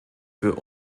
für